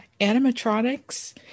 animatronics